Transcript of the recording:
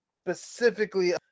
specifically